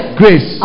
grace